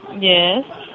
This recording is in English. Yes